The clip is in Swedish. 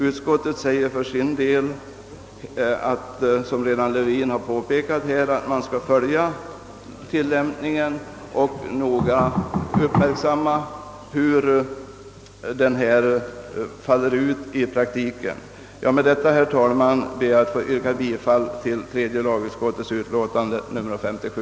Utskottet uttalar för sin del, såsom herr Levin påpekat, att tillämpningen skall följas och att man noga skall uppmärksamma hur den faller ut i praktiken. Med detta, herr talman, ber jag att få yrka bifall till tredje lagutskottets hemställan i dess utlåtande nr 57.